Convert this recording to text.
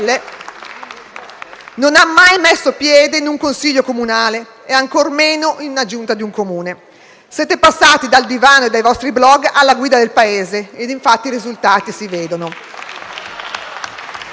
non ha mai messo piede in un consiglio comunale e ancor meno nella Giunta di un Comune. Siete passati dal divano e dai vostri *blog* alla guida del Paese, e infatti i risultati si vedono.